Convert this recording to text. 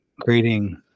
creating